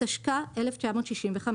התשכ"ה 1965,